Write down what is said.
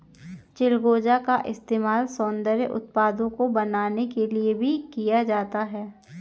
चिलगोजा का इस्तेमाल सौन्दर्य उत्पादों को बनाने के लिए भी किया जाता है